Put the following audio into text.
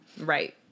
Right